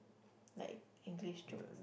like English jokes